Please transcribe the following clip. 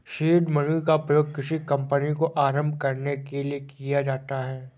seed money का प्रयोग किसी कंपनी को आरंभ करने के लिए किया जाता है